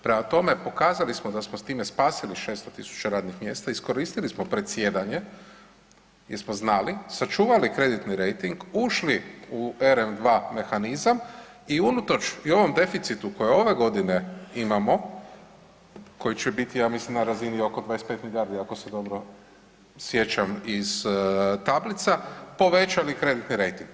Prema tome, pokazali smo da smo s time spasili 600 tisuća radnih mjesta, iskoristili smo predsjedanje jer smo znali, sačuvali kreditni rejting, ušli u RN2 mehanizam i unatoč i ovom deficitu kojeg ove godine imamo, koji će biti, ja mislim na razini oko 25 milijardi, ako se dobro sjećam iz tablica, povećali kreditni rejting.